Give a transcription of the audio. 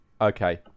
Okay